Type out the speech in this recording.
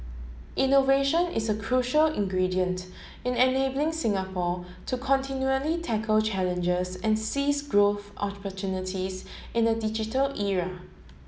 innovation is a crucial ingredient in enabling Singapore to continually tackle challenges and seize growth opportunities in a digital era